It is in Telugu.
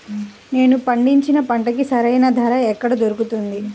నేను పండించిన పంటకి సరైన ధర ఎక్కడ దొరుకుతుంది?